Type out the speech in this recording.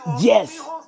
Yes